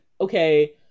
okay